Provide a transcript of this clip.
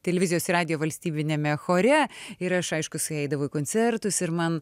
televizijos ir radijo valstybiniame chore ir aš aišku su ja eidavau į koncertus ir man